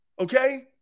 Okay